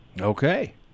Okay